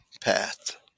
path